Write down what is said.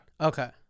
Okay